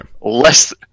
less